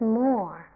more